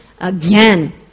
again